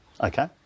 okay